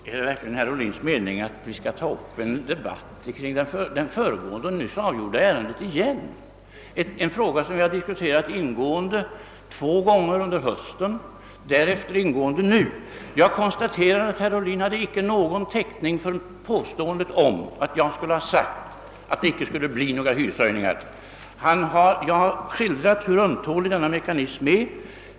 Herr talman! Är det verkligen herr Ohlins mening att vi skall ta upp en debatt kring det föregående och nyss avgjorda ärendet igen? Det är ju en fråga som vi diskuterat ingående, två gånger under hösten och därefter i dag. Jag konstaterar att herr Ohlin inte hade någon täckning för påståendet att jag skulle ha sagt att det inte skulle bli några hyreshöjningar. Jag har skildrat hur ömtålig denna mekanism är.